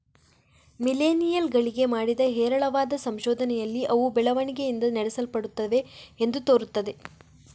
millennial ಗಳಿಗೆ ಮಾಡಿದ ಹೇರಳವಾದ ಸಂಶೋಧನೆಯಲ್ಲಿ ಅವು ಬೆಳವಣಿಗೆಯಿಂದ ನಡೆಸಲ್ಪಡುತ್ತವೆ ಎಂದು ತೋರುತ್ತದೆ